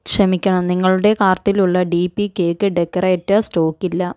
ക്ഷമിക്കണം നിങ്ങളുടെ കാർട്ടിലുള്ള D P cake decorator stock ഇല്ല